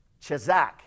Chazak